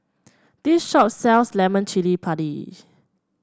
this shop sells Lemak Cili Padi